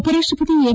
ಉಪರಾಷ್ಟ ಪತಿ ಎಂ